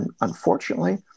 unfortunately